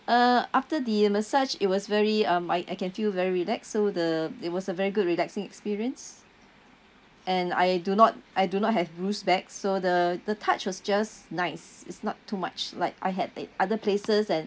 uh after the massage it was very um I I can feel very relaxed so the it was a very good relaxing experience and I do not I do not have bruise back so the the touch was just nice it's not too much like I had at other places and